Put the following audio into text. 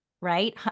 right